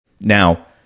Now